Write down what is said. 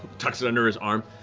tucks it under his arm.